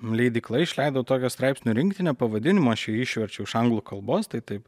leidykla išleido tokią straipsnių rinktinę pavadinimu aš jį išverčiau iš anglų kalbos tai taip